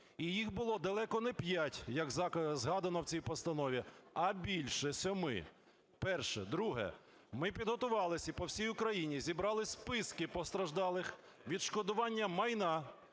і їх було далеко не 5, як згадано в цій постанові, а більше 7. Перше. Друге. Ми підготувались і по всій Україні зібрали списки постраждалих, відшкодування майна,